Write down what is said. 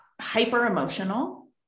hyper-emotional